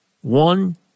One